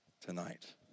tonight